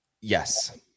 Yes